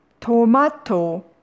Tomato